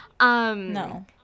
No